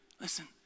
Listen